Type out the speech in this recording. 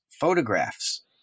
photographs